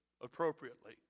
appropriately